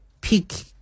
pick